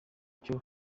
cyo